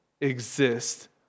exist